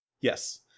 Yes